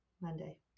Monday